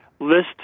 List